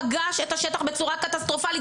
פגש את השטח בצורה קטסטרופלית,